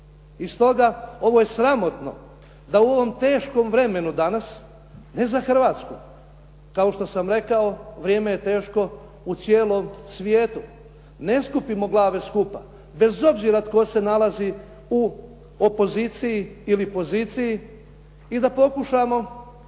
I stoga, ovo je sramotno da u ovom teškom vremenu danas, ne za Hrvatsku, kao što sam rekao vrijeme je teško u cijelom svijetu, ne skupimo glave skupa bez obzira tko se nalazi u opoziciji ili poziciji i da pokušamo